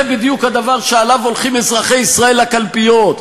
זה בדיוק הדבר שעליו הולכים אזרחי ישראל לקלפיות,